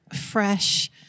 fresh